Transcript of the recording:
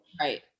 Right